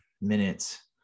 minutes